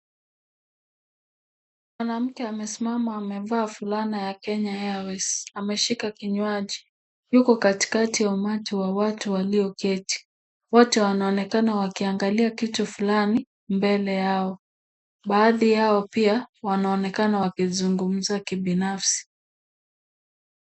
Mwanamke amesimama amevaa fulana ya Kenya Airways , ameshika kinywaji, yuko katikati ya umati wa watu walioketi, wote wanaonekana wakiangalia kitu fulani mbele yao, baadhi yao pia wanaonekana wakizungumza kibinafsi.